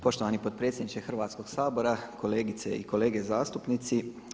Poštovani potpredsjedniče Hrvatskoga sabora, kolegice i kolege zastupnici.